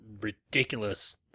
ridiculous